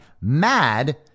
mad